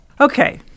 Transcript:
Okay